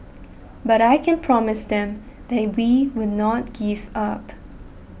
but I can promise them that we will not give up